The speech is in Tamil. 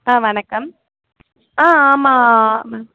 ஆ வணக்கம் ஆ ஆமாம் மேம்